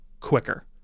quicker